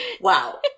Wow